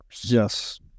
Yes